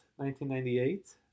1998